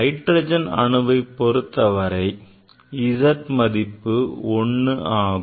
hydrogen அணுவை பொறுத்தவரை Z மதிப்பு 1 ஆகும்